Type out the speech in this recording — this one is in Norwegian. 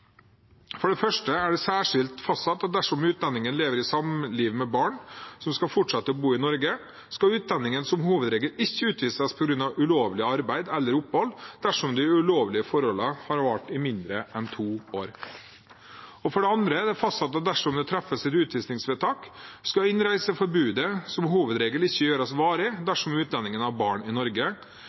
For det første er det særskilt fastsatt at dersom utlendingen lever i samliv med barn som skal fortsette å bo i Norge, skal utlendingen som hovedregel ikke utvises på grunn av ulovlig arbeid eller opphold, dersom de ulovlige forholdene har vart i mindre enn to år. For det andre er det fastsatt at dersom det treffes et utvisningsvedtak, skal innreiseforbudet som hovedregel ikke gjøres varig dersom utlendingen har barn i Norge